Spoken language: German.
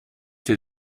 hier